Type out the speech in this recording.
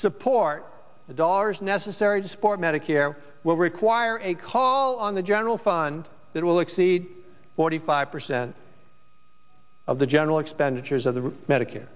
support the dollars necessary to support medicare will require a call on the general fund that will exceed forty five percent of the general expenditures of the medicare